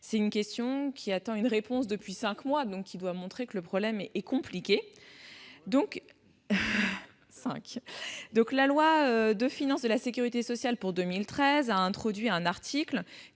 à une question écrite qui attend une réponse depuis cinq mois, ce qui semble montrer que le problème est compliqué. « La loi de financement de la sécurité sociale pour 2013 a introduit [un article]